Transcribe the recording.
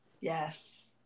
Yes